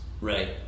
Right